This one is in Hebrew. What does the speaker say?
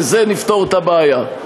בזה נפתור את הבעיה.